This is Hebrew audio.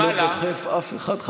אני לא דוחף אף אחד,